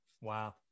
Wow